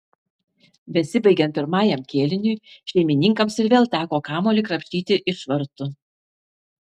besibaigiant pirmajam kėliniui šeimininkams ir vėl teko kamuolį krapštyti iš vartų